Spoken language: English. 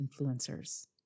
Influencers